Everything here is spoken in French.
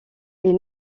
est